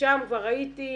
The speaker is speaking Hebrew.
שם כבר הייתי,